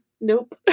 Nope